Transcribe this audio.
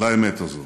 לאמת הזאת.